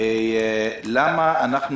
למה אנחנו